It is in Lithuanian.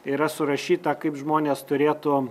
yra surašyta kaip žmonės turėtų